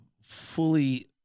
fully